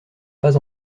pas